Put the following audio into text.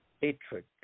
hatred